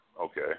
okay